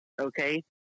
okay